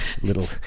little